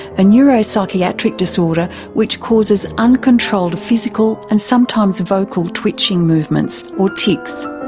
a neuropsychiatric disorder which causes uncontrolled physical and sometimes vocal twitching movements or tics.